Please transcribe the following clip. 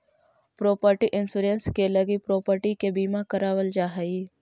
property insurance के लगी property के बीमा करावल जा हई